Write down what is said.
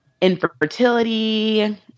infertility